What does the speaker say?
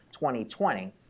2020